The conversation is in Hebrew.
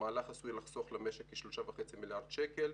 המהלך עשוי לחסוך למשק כ-3.5 מיליארד שקל.